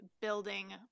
building